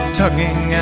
tugging